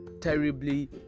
terribly